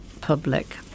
public